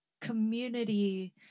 community